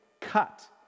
cut